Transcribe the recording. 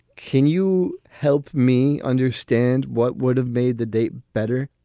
can you help me understand what would have made the date better?